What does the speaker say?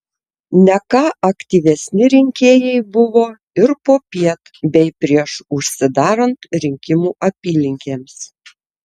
ne ką aktyvesni rinkėjai buvo ir popiet bei prieš užsidarant rinkimų apylinkėms